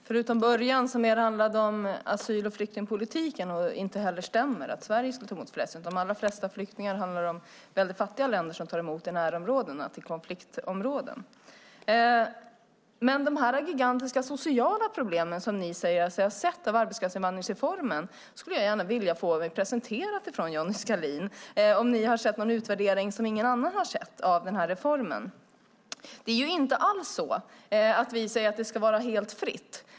Herr talman! När det gäller asyl och flyktingpolitiken stämmer det inte att Sverige tar emot flest flyktingar. De flesta tas emot av fattiga länder i närområdena till konflikthärdarna. De gigantiska sociala problem som ni säger er ha sett av arbetskraftsreformen skulle jag gärna vilja få presenterade av Johnny Skalin - om ni har sett en utvärdering av reformen som ingen annan har sett. Vi säger inte alls att det ska vara helt fritt.